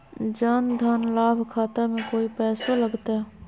जन धन लाभ खाता में कोइ पैसों लगते?